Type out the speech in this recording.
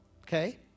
Okay